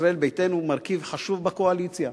ישראל ביתנו, מרכיב חשוב בקואליציה,